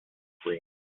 green